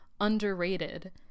underrated